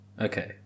Okay